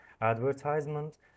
advertisement